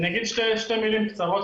אני אגיד שתי מילים קצרות,